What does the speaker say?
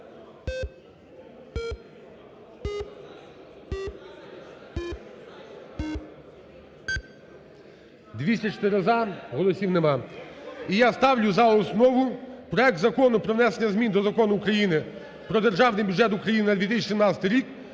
За-204 Голосів нема. І я ставлю за основу проект Закону про внесення змін до Закону України "Про Державний бюджет України на 2017 рік"